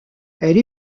elle